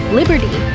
liberty